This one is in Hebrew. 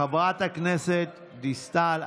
חברת הכנסת דיסטל.